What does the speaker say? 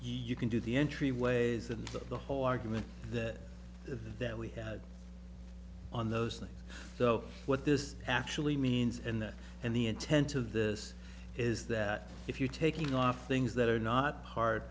you can do the entryways and the whole argument that that we had on those things so what this actually means and that and the intent of this is that if you're taking off things that are not part